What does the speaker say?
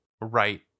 right